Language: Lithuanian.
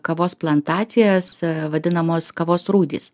kavos plantacijas a vadinamos kavos rūdys